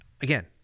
again